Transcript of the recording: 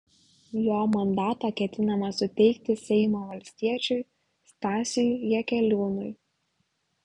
jo mandatą ketinama suteikti seimo valstiečiui stasiui jakeliūnui